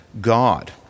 God